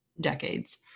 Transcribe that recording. decades